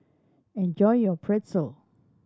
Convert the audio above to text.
enjoy your Pretzel